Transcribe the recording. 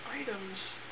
items